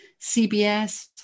CBS